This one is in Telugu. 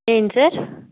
ఏంటి సార్